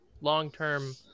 long-term